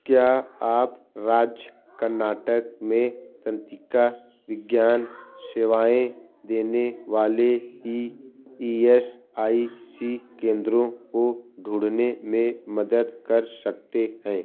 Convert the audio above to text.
क्या आप राज्य कर्नाटक में तंत्रिका विज्ञान सेवाएँ देने वाले E E S I C केंद्रों को ढूँढने में मदद कर सकते हैं